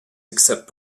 except